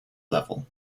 level